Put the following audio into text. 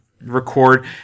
record